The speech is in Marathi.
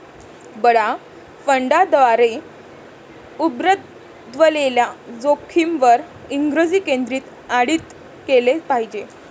बडा फंडांद्वारे उद्भवलेल्या जोखमींवर इंग्रजी केंद्रित ऑडिट केले पाहिजे